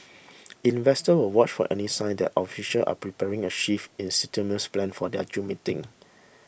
investors will watch for any sign that officials are preparing a shift in stimulus plans for their June meeting